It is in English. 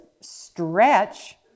stretch